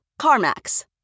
CarMax